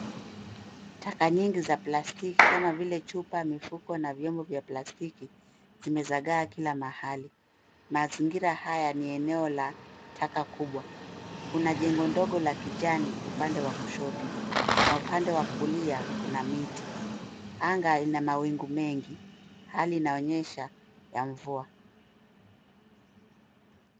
Taka nyingi za plastiki kama vile chupa, mifuko, na vyombo vya plastiki, zimezagaa kila mahali. Mazingira haya ni ya eneo la taka kubwa. Kuna jengo ndogo la kijani upande wa kushoto na upande wa kulia, kuna miti. Anga ina mawingu mengi hali inaonyesha ya mvua.